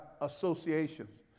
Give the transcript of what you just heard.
associations